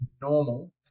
normal